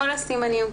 כל הסימנים,